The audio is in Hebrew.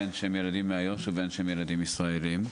בין שהם ילדים מאיו"ש ובין שהם ילדים ישראליים,